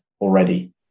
already